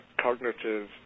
cognitive